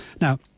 Now